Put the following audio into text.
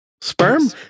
sperm